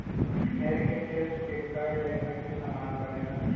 भेड़ के केश से कए लेखा के सामान बनेला